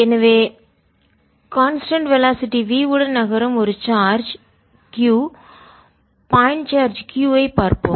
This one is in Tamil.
எனவே கான்ஸ்டன்ட் வெலாசிட்டி நிலையான வேகம் v உடன் நகரும் ஒரு சார்ஜ் q பாயிண்ட் புள்ளி சார்ஜ் q ஐப் பார்ப்போம்